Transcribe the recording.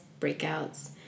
breakouts